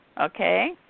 Okay